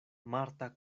marta